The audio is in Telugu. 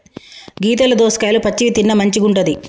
గీతల దోసకాయలు పచ్చివి తిన్న మంచిగుంటది